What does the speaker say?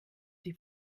die